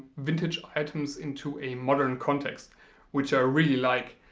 vintage items into a modern context which i really like.